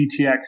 gtx